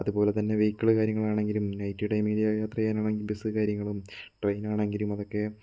അതുപോലെതന്നെ വെഹിക്കിൾ കാര്യങ്ങളാണെങ്കിലും നൈറ്റ് ടൈമില് യാത്ര ചെയ്യാനാണെങ്കിൽ ബസ്സ് കാര്യങ്ങളും ട്രെയിൻ ആണെങ്കിലും അതൊക്കെ